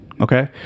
okay